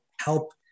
help